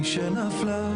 אני מסיימת ונותנת לאפרת,